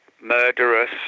murderous